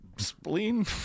Spleen